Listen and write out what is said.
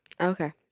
Okay